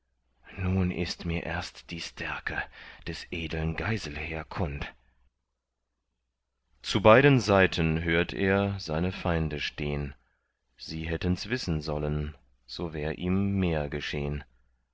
nun ist mir erst die stärke des edeln geiselher kund zu beiden seiten hört er seine feinde stehn sie hättens wissen sollen so wär ihm mehr geschehn